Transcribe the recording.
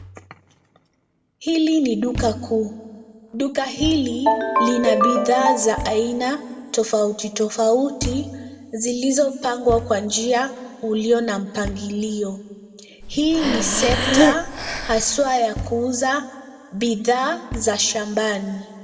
Hili ni duka kuu, duka hili lina bidhaa za aina tofauti, tofauti zilizopangwa kwa njia ulio na mpangilio. Hii ni sekta hasa ya kuuza bidhaa za shambani.